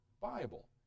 Bible